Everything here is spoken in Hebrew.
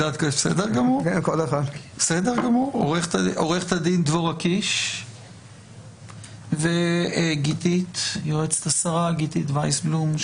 טחורש; עורכת הדין דבורה קיש וגתית וייסבלום,